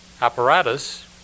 apparatus